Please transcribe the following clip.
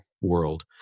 world